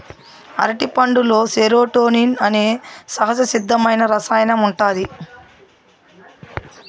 అరటిపండులో సెరోటోనిన్ అనే సహజసిద్ధమైన రసాయనం ఉంటాది